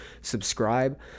subscribe